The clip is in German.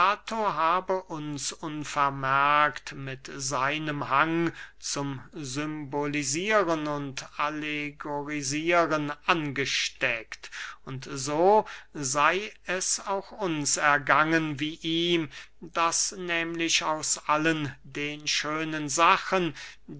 habe uns unvermerkt mit seinem hang zum symbolisieren und allegorisieren angesteckt und so sey es auch uns ergangen wie ihm daß nehmlich aus allen den schönen sachen